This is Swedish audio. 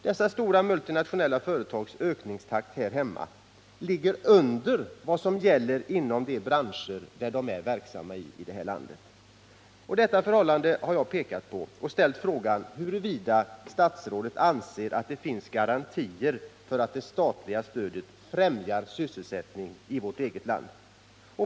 Dessa stora multinationella företags ökningstakt här hemma ligger under den som gäller inom de branscher där de är verksamma i Sverige. Dessa förhållanden har jag pekat på och ställt frågan huruvida statsrådet anser att det finns garantier för att det statliga stödet främjar sysselsättningen — Nr 35 i vårt eget land.